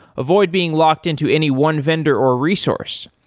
avoid being locked-in to any one vendor or resource.